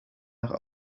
nach